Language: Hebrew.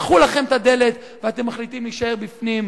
פתחו לכם את הדלת ואתם מחליטים להישאר בפנים.